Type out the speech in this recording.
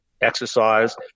exercise